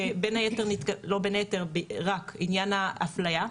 על עניין האפליה.